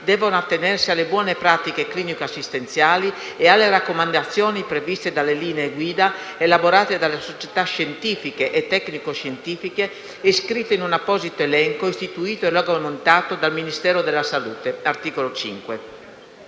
devono attenersi alle buone pratiche clinico-assistenziali e alle raccomandazioni previste dalle linee guida elaborate dalle società scientifiche e tecnico scientifiche iscritte in un apposito elenco istituito e regolamentato dal Ministero della salute (articolo 5).